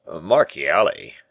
Marchiali